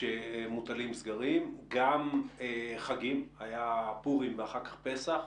כשמוטלים סגרים, וגם היו חגים, פורים ואחר כך פסח.